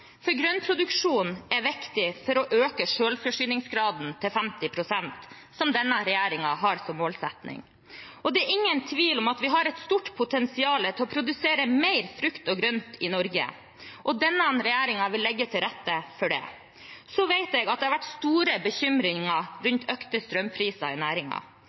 Grønn produksjon er viktig for å øke selvforsyningsgraden til 50 pst., som denne regjeringen har som målsetting. Det er ingen tvil om at vi har et stort potensial for å produsere mer frukt og grønt i Norge, og denne regjeringen vil legge til rette for det. Så vet jeg at det har vært store bekymringer rundt økte strømpriser i